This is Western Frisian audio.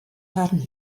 harren